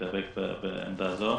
לדבוק בעמדה זו.